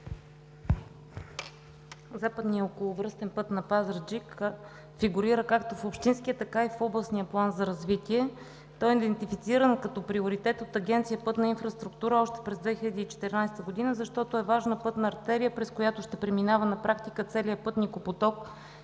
Западен околовръстен път на Пазарджик фигурира както в общинския, така и в областния план за развитие. Той е идентифициран като приоритет от Агенция „Пътна инфраструктура“ още през 2014 г., защото е важна пътна артерия, през която ще преминава на практика целият пътникопоток